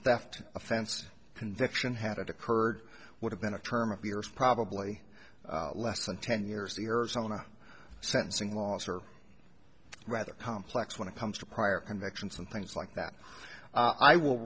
theft offense conviction had it occurred would have been a term of years probably less than ten years the earth zona sentencing laws are rather complex when it comes to prior convictions and things like that i will